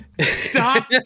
Stop